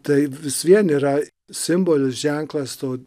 tai vis vien yra simbolis ženklas to